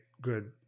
good